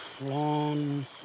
long